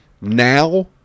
now